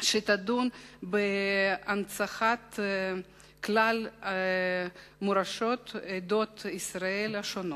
שתדון בהנצחת כלל מורשות עדות ישראל השונות.